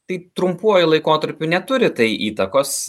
tai trumpuoju laikotarpiu neturi tai įtakos